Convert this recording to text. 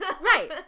Right